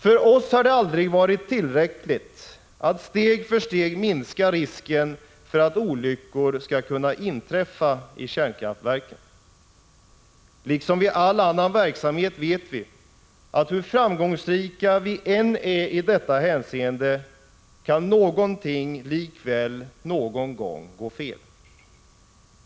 För oss har det aldrig varit tillräckligt att steg för steg minska risken för att olyckor skall kunna inträffa i kärnkraftverken. Liksom vid all annan verksamhet vet vi att hur framgångsrika vi än är i detta hänseende kan någonting någon gång likväl gå fel.